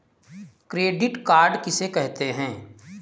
Credit card किसे कहते हैं?